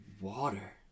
water